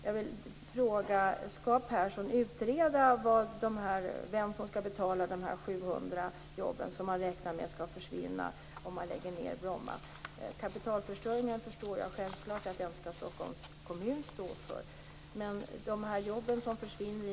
Jag vill fråga om Persson skall utreda vem som skall betala de 700 jobb som man räknar med skall försvinna om man lägger ned Bromma flygplats. Jag förstår självfallet att Stockholms kommun skall stå för kapitalförstöringen.